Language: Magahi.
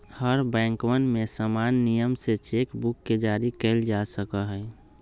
हर बैंकवन में समान नियम से चेक बुक के जारी कइल जा सका हई